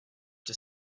the